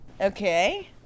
Okay